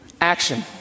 Action